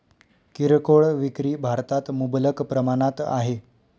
किरकोळ विक्री भारतात मुबलक प्रमाणात आहे